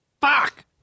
fuck